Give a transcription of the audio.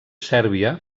sèrbia